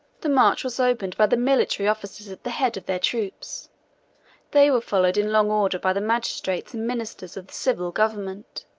the march was opened by the military officers at the head of their troops they were followed in long order by the magistrates and ministers of the civil government